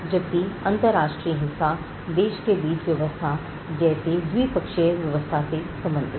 जबकि अंतरराष्ट्रीय हिस्सा देशों के बीच व्यवस्था जैसे द्विपक्षीय व्यवस्था से संबंधित था